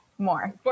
more